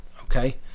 okay